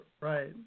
Right